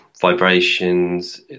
vibrations